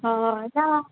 हय ना